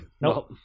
Nope